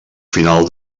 final